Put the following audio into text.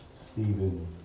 Stephen